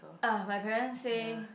ah my parents say